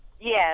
Yes